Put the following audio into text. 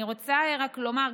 אני רוצה רק לומר,